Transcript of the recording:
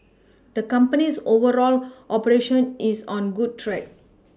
the company's overall operation is on good track